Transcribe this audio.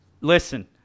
listen